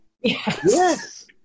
Yes